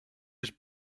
his